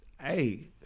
hey